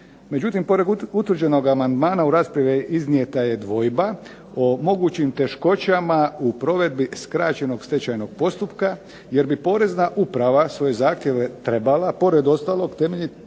Međutim, pored utvrđenog amandmana u raspravi je iznijeta dvojba o mogućim teškoćama u provedbi skraćenog stečajnog postupka jer bi Porezna uprava svoje zahtjeve trebala pored ostalog temeljiti na